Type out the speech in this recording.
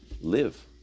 live